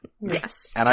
Yes